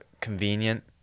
convenient